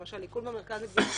למשל: עיכוב במרכז לגביית קנסות